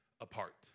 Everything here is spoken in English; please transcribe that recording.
apart